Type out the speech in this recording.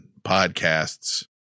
podcasts